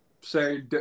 Say